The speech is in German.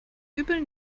übel